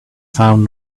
found